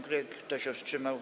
Kto się wstrzymał?